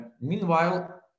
Meanwhile